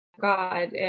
God